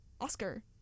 Oscar